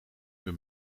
ben